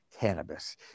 cannabis